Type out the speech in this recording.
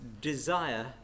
desire